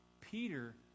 Peter